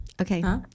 Okay